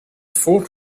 fort